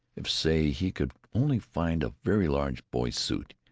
if, say, he could only find a very large boy's suit,